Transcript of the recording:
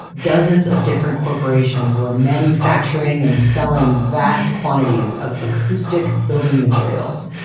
dozens of different corporations were manufacturing and selling vast quantities of acoustic building materials,